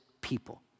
people